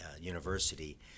university